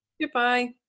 Goodbye